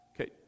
okay